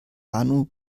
arno